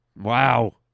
Wow